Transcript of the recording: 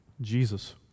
Jesus